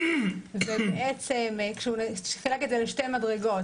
ובעצם חילק את זה לשתי מדרגות.